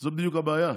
זו בדיוק הבעיה,